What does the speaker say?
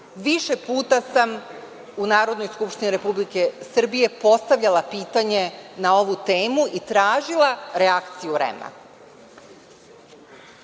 Više puta sam u Narodnoj skupštini Republike Srbije postavljala pitanje na ovu temu i tražila reakciju